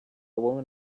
woman